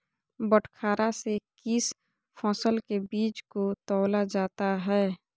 बटखरा से किस फसल के बीज को तौला जाता है?